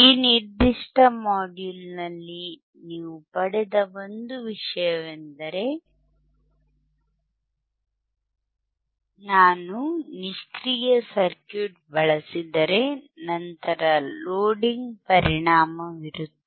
ಈ ನಿರ್ದಿಷ್ಟ ಮಾಡ್ಯೂಲ್ನಲ್ಲಿ ನೀವು ಪಡೆದ ಒಂದು ವಿಷಯವೆಂದರೆ ನಾನು ನಿಷ್ಕ್ರಿಯ ಸರ್ಕ್ಯೂಟ್ ಬಳಸಿದರೆ ನಂತರ ಲೋಡಿಂಗ್ ಪರಿಣಾಮವಿರುತ್ತದೆ